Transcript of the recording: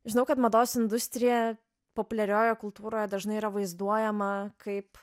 žinau kad mados industrija populiariojoje kultūroje dažnai yra vaizduojama kaip